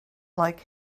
like